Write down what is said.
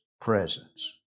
presence